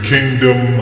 Kingdom